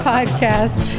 Podcast